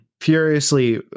furiously